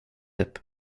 upp